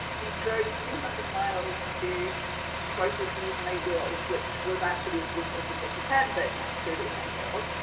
he drove two hundred miles to and abuse an eight year old, which was actually a police officer, pretending to be an eight year old.